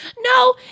no